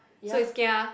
so is kia